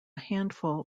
handful